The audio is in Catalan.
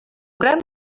gran